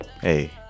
Hey